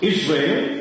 Israel